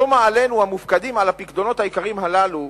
שומה עלינו, המופקדים על הפיקדונות היקרים הללו,